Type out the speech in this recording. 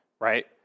right